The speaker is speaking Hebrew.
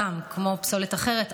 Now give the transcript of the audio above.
כמו גם פסולת אחרת,